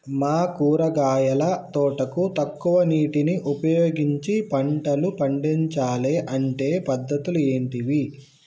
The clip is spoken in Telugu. మా కూరగాయల తోటకు తక్కువ నీటిని ఉపయోగించి పంటలు పండించాలే అంటే పద్ధతులు ఏంటివి?